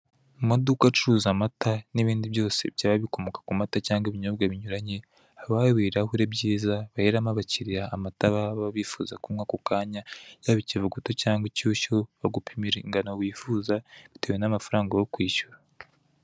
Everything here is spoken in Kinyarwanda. Mu maduka acuruza amata, n'ibindi byose byaba bikomoka ku mata, cyangwa ibinyobwa binyuranye, haba hari ibirahure byiza baheramo abakiriya amata baba bifuza kunywa ako kanya, yaba ikivuguto cyangwa inshyushyu, bagupimira ingano wifuza, bitewe n'amafaranga yo kwishyura.